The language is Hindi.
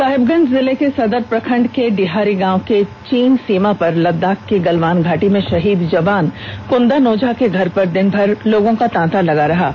साहिबगंज जिले के सदर प्रखंड के डीहारी गांव के चीन सीमा पर लद्दाख की गलवान घाटी में शहीद जवान कुंदन ओझा के घर पर दिनभर लोगों का तांता लगा है